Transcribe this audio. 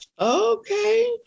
Okay